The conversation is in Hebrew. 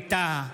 ווליד טאהא,